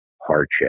hardship